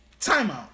timeout